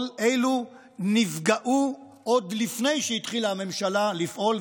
כל אלו נפגעו עוד לפני שהתחילה הממשלה לפעול,